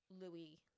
Louis